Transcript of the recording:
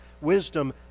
wisdom